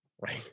Right